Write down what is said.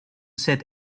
set